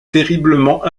terriblement